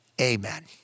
amen